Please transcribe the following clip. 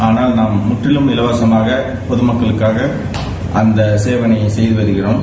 ஆனால் நாம் முற்றிலும் இலவசமாக பொது மக்களுக்காக அந்த சேவையை செய்து வருகிறோம்